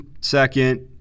second